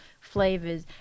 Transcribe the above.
flavors